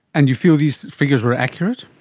and you feel these figures were accurate?